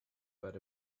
but